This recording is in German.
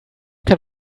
kann